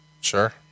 Sure